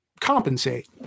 compensate